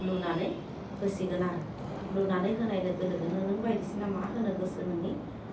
लुनानै होसिगोन आरो लुनानै होनाय लोगो लोगोनो नों बायदिसिना मा होनो गोसो नोंनि